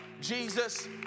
Jesus